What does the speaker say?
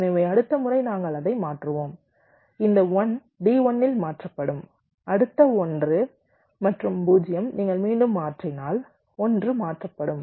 எனவே அடுத்த முறை நாங்கள் அதை மாற்றுவோம் இந்த D1 இல் மாற்றப்படும் அடுத்த 1 மற்றும் 0 நீங்கள் மீண்டும் மாற்றினால் 1 மாற்றப்படும்